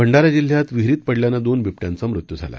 भंडारा जिल्ह्यात विहिरीत पडल्यानं दोन बिबट्यांचा मृत्यू झाला